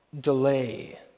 delay